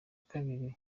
kabiri